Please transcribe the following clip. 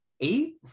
eight